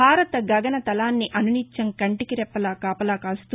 భారత గగన తలాన్ని అనునిత్యం కంటికి రెప్పలా కాపలా కాస్తూ